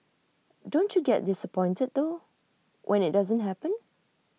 don't you get disappointed though when IT doesn't happen